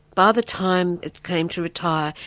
by the time it came to retire,